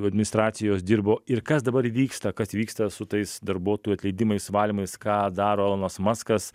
administracijos dirbo ir kas dabar vyksta kas vyksta su tais darbuotojų atleidimais valymais ką daro elonas maskas